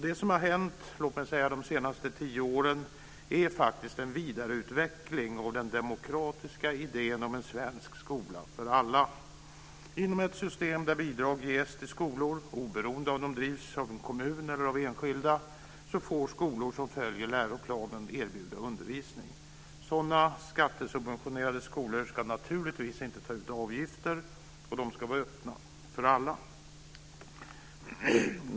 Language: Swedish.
Det som har hänt, låt mig säga de senaste tio åren, är faktiskt en vidareutveckling av den demokratiska idén om en svensk skola för alla. Inom ett system där bidrag ges till skolor, oberoende av om de drivs av en kommun eller av enskilda, får skolor som följer läroplanen erbjuda undervisning. Sådana skattesubventionerade skolor ska naturligtvis inte ta ut avgifter, och de ska vara öppna för alla.